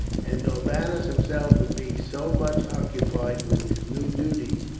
and norbanus himself would be so much occupied with his new duties,